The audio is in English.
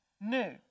new